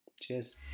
cheers